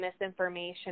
misinformation